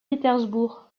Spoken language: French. pétersbourg